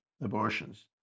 abortions